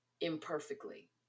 imperfectly